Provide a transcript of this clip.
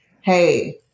Hey